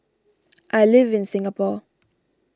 I live in Singapore